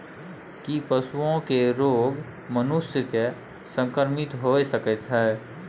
की पशुओं के रोग मनुष्य के संक्रमित होय सकते है?